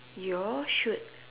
you all should